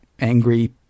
angry